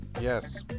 Yes